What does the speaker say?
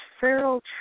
Feral